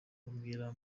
babwira